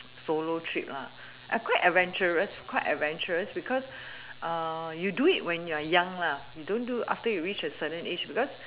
solo trip I quite adventurous quite adventurous because you do it when you're young we don't do after we reach a certain age because